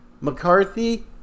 McCarthy